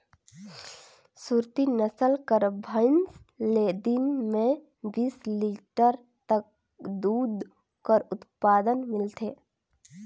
सुरती नसल कर भंइस ले दिन में बीस लीटर तक दूद कर उत्पादन मिलथे